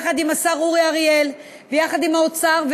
יחד עם השר אורי אריאל ויחד עם האוצר,